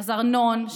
אז ארנון,